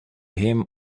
him